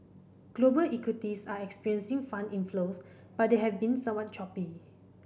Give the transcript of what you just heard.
global equities are experiencing fund inflows but they have been somewhat choppy